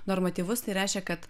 normatyvus tai reiškia kad